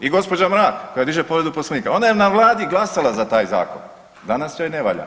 I gospođa Mrak koja diže povredu Poslovnika, ona je na Vladi glasala za taj zakon, danas joj ne valja.